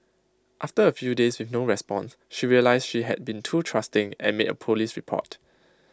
after A few days with no response she realised she had been too trusting and made A Police report